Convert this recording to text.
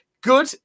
good